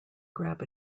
grab